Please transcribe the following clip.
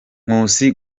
nkusi